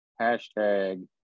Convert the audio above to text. hashtag